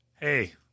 Hey